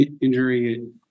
injury